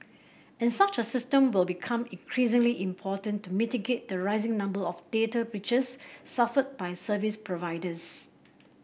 and such a system will become increasingly important to mitigate the rising number of data breaches suffered by service providers